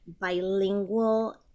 bilingual